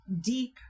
deep